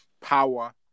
power